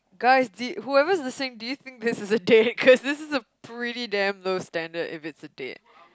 guys did whoever's listening do you think this is a date this is a pretty damn low standard if this is a date